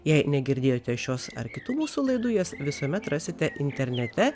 jei negirdėjote šios ar kitų mūsų laidų jas visuomet rasite internete